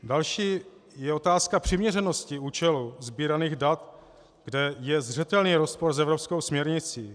Další je otázka přiměřenosti účelu sbíraných dat, kde je zřetelný rozpor s evropskou směrnicí.